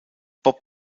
bob